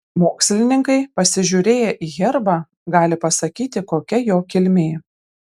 mokslininkai pasižiūrėję į herbą gali pasakyti kokia jo kilmė